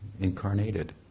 incarnated